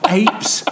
apes